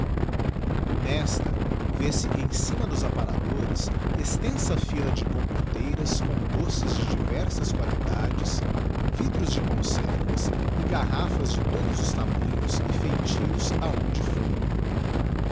nesta vê-se em cima dos aparadores extensa fila de compoteiras com doces de diversas qualidades vidros de conservas e garrafas de todos os tamanhos e feitios a um de fundo